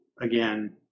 again